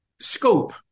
scope